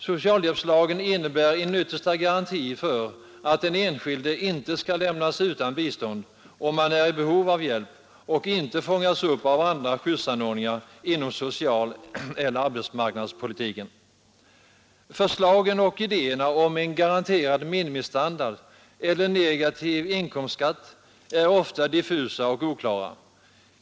Socialhjälpslagen innebär en yttersta garanti för att den enskilde inte skall lämnas utan bistånd, om han är i behov av hjälp och inte fångas upp av andra skyddsanordningar inom socialeller arbetsmarknadspolitiken. Förslagen och idéerna om en garanterad minimistandard eller negativ inkomstskatt är ofta diffusa och oklara.